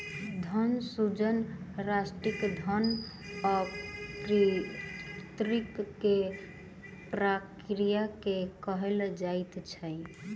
धन सृजन राष्ट्रक धन आपूर्ति के प्रक्रिया के कहल जाइत अछि